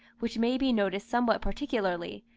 which may be noticed somewhat particularly,